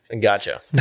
gotcha